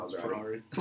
Ferrari